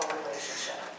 relationship